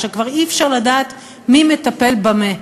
עכשיו כבר אי-אפשר לדעת מי מטפל במה.